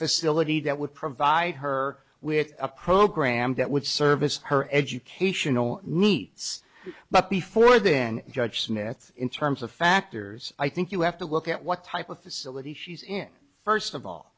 facility that would provide her with a program that would service her educational needs but before then judge smith in terms of factors i think you have to look at what type of facility she's in first of all